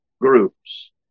groups